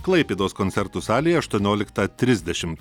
klaipėdos koncertų salėje aštuonioliktą trisdešim